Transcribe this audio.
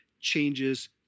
changes